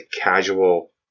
casual